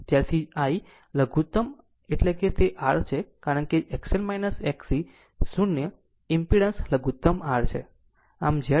ત્યારથી I લઘુત્તમ એટલે કે તે R છે કારણ કે XL XC 0 ઈમ્પીડન્સ લઘુતમ R છે